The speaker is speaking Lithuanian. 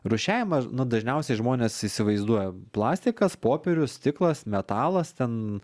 rūšiavimą nu dažniausiai žmonės įsivaizduoja plastikas popierius stiklas metalas ten